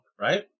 right